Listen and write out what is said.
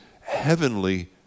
heavenly